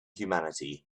humanity